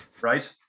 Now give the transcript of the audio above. right